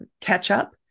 catch-up